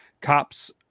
Cop's